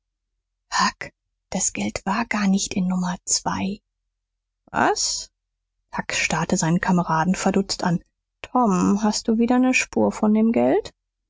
das geld war gar nicht in nummer zwei was huck starrte seinen kameraden verdutzt an tom hast du wieder ne spur von dem geld